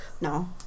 No